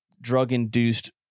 drug-induced